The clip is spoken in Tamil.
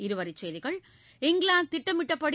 இருவரி செய்திகள் இங்கிலாந்து திட்டமிட்டபடி